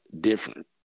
different